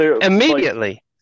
immediately